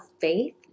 faith